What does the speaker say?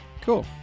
Cool